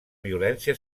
violència